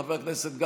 חבר הכנסת גלנט.